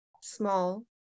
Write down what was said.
small